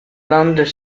vendent